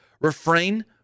Refrain